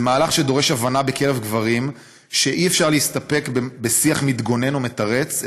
זה מהלך שדורש הבנה בקרב גברים שאי-אפשר להסתפק בשיח מתגונן ומתרץ,